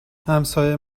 همسایه